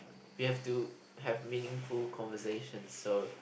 we have to have meaningful conversation so